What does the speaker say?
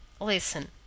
Listen